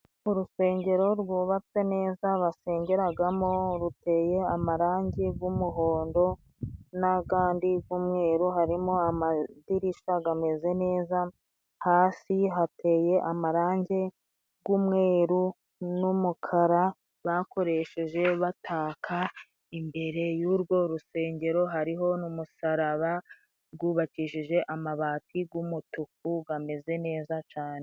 Urusengero rwubatswe neza, basengeragamo, ruteye amarangi g’umuhondo n’agandi g’umweru. Harimo amadirisha gameze neza, hasi hateye amarangi g’umweru n’umukara bakoresheje bataka. Imbere y’urwo rusengero hariho n’umusaraba, rwubakishije amabati g’umutuku gameze neza cane.